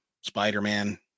Spider-Man